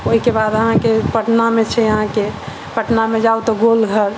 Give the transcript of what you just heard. ओहिके बाद अहाँके पटना मे छै अहाँके पटना मे जाउ तऽ गोलघर